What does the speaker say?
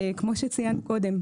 כמו שצוין קודם,